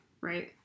right